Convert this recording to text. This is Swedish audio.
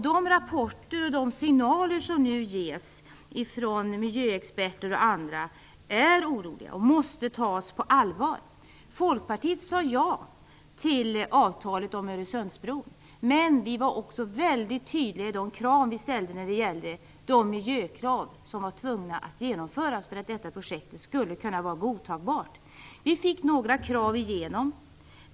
De rapporter och signaler som ges från miljöexperter och andra är oroande, och måste tas på allvar. Vi i Folkpartiet sade ja till avtalet om Öresundsbron, men vi var också väldigt tydliga i de miljökrav vi ansåg var nödvändiga för att detta projekt skulle kunna vara godtagbart. Vi fick igenom några krav.